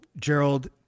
gerald